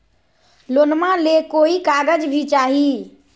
लोनमा ले कोई कागज भी चाही?